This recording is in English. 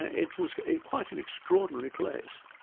ah it was quite an extraordinary place.